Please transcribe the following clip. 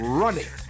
running